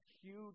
huge